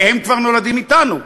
והם כבר נולדים אתנו,